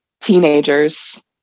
teenagers –